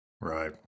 Right